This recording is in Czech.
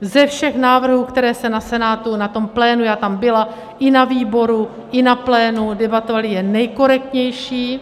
Ze všech návrhů, které se na Senátu, na tom plénu, já tam byla, i na výboru, i na plénu debatovaly jen nejkorektnější.